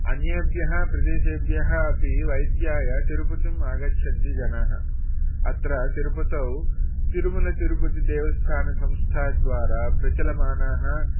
अन्येभ्यः प्रदेशेभ्यः अपि वैद्याय तिरुपतिम् आगच्छन्ति जनाः अत्र तिरुपतौ तिरुमलतिरुपतिदेवस्थानसंस्थाद्वारा प्रचलमानाः